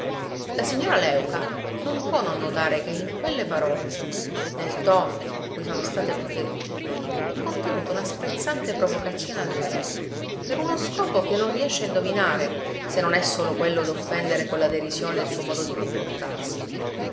la signora léuca non può non notare che in quelle parole nel tono con cui sono state proferite è contenuta una sprezzante provocazione a lei per uno scopo che non riesce a indovinare se non è solo quello d'offendere con la derisione il suo modo di comportarsi